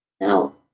Now